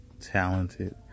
talented